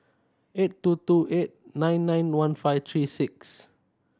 eight two two eight nine nine one five three six